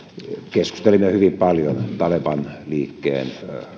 keskustelimme hyvin paljon taleban liikkeen